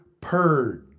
purge